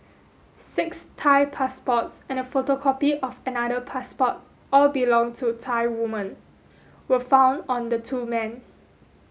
six Thai passports and a photocopy of another passport all belong to Thai women were found on the two men